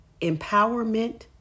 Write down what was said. empowerment